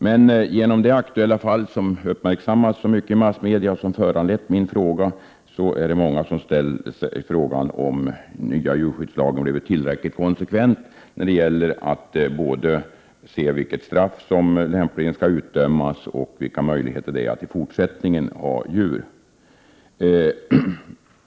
Men genom det aktuella fall som har uppmärksammas så mycket i massmedia och som har föranlett min fråga är det många som undrar om den nya djurskyddslagen är tillräcklig konsekvent när det gäller vilka straff som skall utdömas och vilka möjligheter det finns för de dömda att i fortsättningen ha djur.